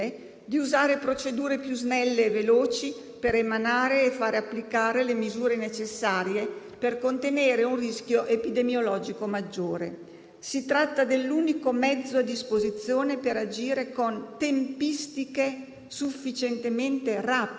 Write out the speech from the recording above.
Il direttore generale dell'agenzia sanitaria della regione di Parigi ha dichiarato che il limite fissato è stato superato. Il nostro obiettivo - ed è una questione che dovrebbe riguardare tutti, dalla maggioranza all'opposizione - è attenerci alla prudenza,